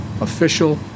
official